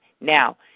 now